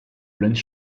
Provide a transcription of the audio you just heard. roinnt